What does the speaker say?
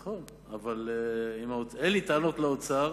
נכון, אבל אין לי טענות לאוצר.